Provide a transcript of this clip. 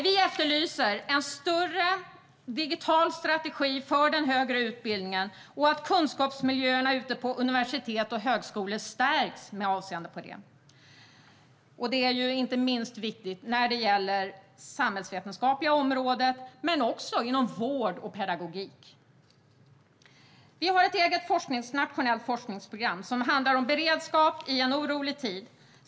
Vi efterlyser en digital strategi för den högre utbildningen och att kunskapsmiljöerna ute på universitet och högskolor stärks med avseende på detta. Det är inte minst viktigt när det gäller det samhällsvetenskapliga området och inom vård och pedagogik. Vi har ett eget nationellt forskningsprogram som handlar om beredskap i en orolig tid.